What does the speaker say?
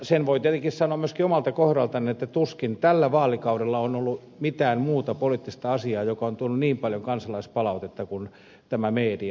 sen voin tietenkin sanoa myöskin omalta kohdaltani että tuskin tällä vaalikaudella on ollut mitään muuta poliittista asiaa joka on tuonut niin paljon kansalaispalautetta kuin tämä mediamaksu